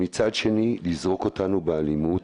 מצד שני לזרוק אותנו באלימות